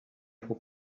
for